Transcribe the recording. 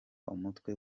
umutwe